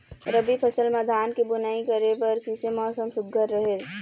रबी फसल म धान के बुनई करे बर किसे मौसम सुघ्घर रहेल?